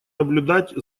наблюдать